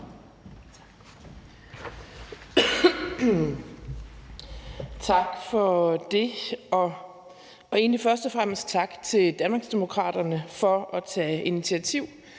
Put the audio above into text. Tak for det. Egentlig vil jeg først og fremmest sige tak til Danmarksdemokraterne for at tage initiativ